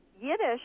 Yiddish